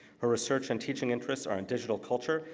her research and teaching interests are on digital culture,